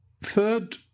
third